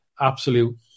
absolute